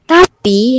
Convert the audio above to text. Tapi